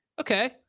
okay